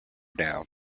down